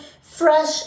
fresh